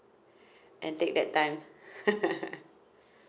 and take that time